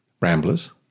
Ramblers